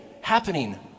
happening